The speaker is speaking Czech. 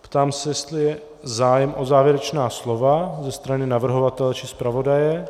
Ptám se, jestli je zájem o závěrečná slova ze strany navrhovatele, či zpravodaje.